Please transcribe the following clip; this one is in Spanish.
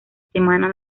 semana